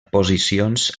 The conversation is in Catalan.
posicions